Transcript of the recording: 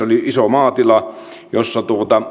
oli iso maatila jossa